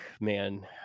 man